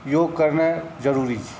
योग करनाइ जरूरी छै